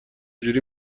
جوری